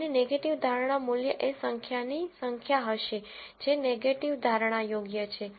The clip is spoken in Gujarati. અને નેગેટીવ ધારણા મૂલ્ય એ સંખ્યાની સંખ્યા હશે જે નેગેટીવ ધારણા યોગ્ય છે